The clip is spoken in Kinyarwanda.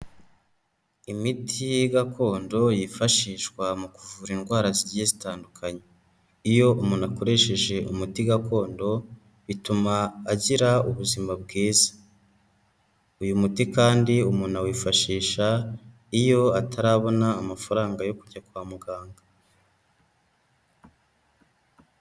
Imiti gakondo yifashishwa mu kuvura indwara zigiye zitandukanye. Iyo umuntu akoresheje umuti gakondo, bituma agira ubuzima bwiza. Uyu muti kandi umuntu awifashisha, iyo atarabona amafaranga yo kujya kwa muganga.